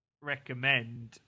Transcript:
recommend